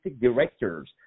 directors